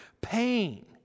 pain